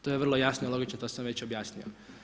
To je vrlo jasno i logično i to sam već objasnio.